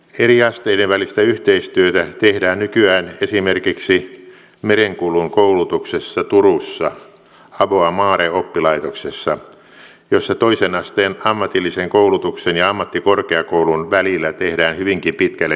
eri asteiden välistä yhteistyötä tehdään nykyään esimerkiksi merenkulun koulutuksessa turussa aboa mare oppilaitoksessa jossa toisen asteen ammatillisen koulutuksen ja ammattikorkeakoulun välillä tehdään hyvinkin pitkälle vietyä yhteistyötä